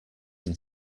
can